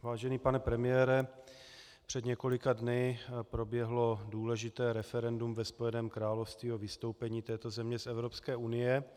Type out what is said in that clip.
Vážený pane premiére, před několika dny proběhlo důležité referendum ve Spojeném království o vystoupení této země z Evropské unie.